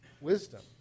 Wisdom